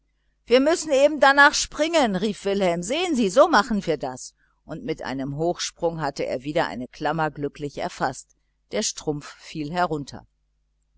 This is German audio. wir müssen eben darnach springen sagte wilhelm sehen sie so machen wir das und mit einem hochsprung hatte er wieder eine klammer glücklich erfaßt der strumpf fiel herunter